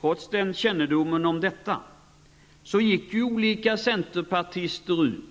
Trots kännedomen om detta gick olika centerpartister ut